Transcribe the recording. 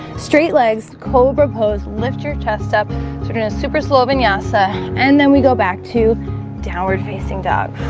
straight legs cobra pose lift your chest up sort of to super slow vinyasa, and then we go back to downward facing dog